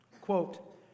Quote